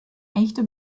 echte